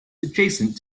adjacent